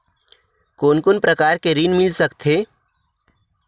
कोन कोन प्रकार के ऋण मिल सकथे?